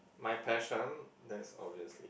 my passion that is obviously